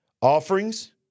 Offerings